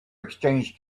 exchange